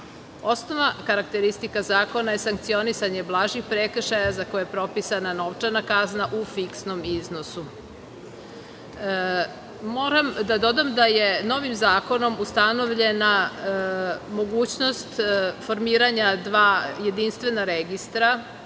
Osnovna karakteristika zakona je sankcionisanje blažih prekršaja za koje je propisana novčana kazna u fiksnom iznosu. Moram da dodam da je novim zakonom ustanovljena mogućnost formiranja dva jedinstvena registra,